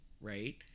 Right